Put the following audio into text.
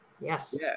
Yes